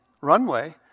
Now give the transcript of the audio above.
runway